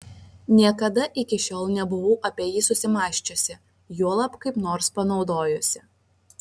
niekada iki šiol nebuvau apie jį susimąsčiusi juolab kaip nors panaudojusi